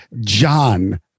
John